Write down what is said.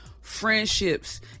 friendships